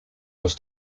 los